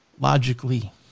logically